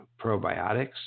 probiotics